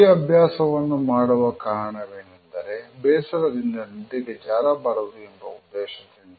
ಈ ಅಭ್ಯಾಸವನ್ನು ಮಾಡುವ ಕಾರಣವೇನೆಂದರೆ ಬೇಸರದಿಂದ ನಿದ್ದೆಗೆ ಜಾರಬಾರದು ಎಂಬ ಉದ್ದೇಶದಿಂದ